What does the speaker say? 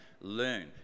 learn